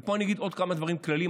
פה אני אגיד עוד כמה דברים כלליים.